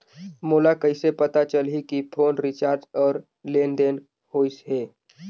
मोला कइसे पता चलही की फोन रिचार्ज और लेनदेन होइस हे?